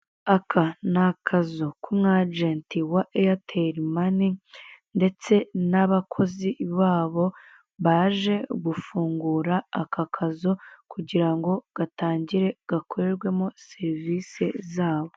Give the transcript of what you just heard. Aka ni akazu ku mu ajenti wa eyateri mane ndetse n'abakozi babo baje gufungura aka kazu kugira ngo gatangire gakorerwemo serivise zabo.